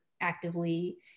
actively